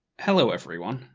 hello everyone.